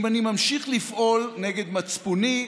אם אני ממשיך לפעול נגד מצפוני,